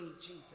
Jesus